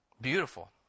Beautiful